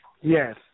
Yes